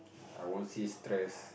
I won't say stressed